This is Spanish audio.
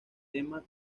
tema